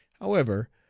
however,